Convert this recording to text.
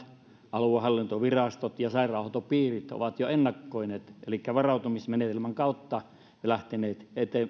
aluehallintovirastot ja sairaanhoitopiirit ovat jo ennakoineet elikkä varautumismenetelmän kautta lähteneet